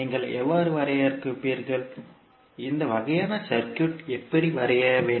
நீங்கள் எவ்வாறு வரையறுப்பீர்கள் இந்த வகையான சர்க்யூட் எப்படி வரைய வேண்டும்